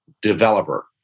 developer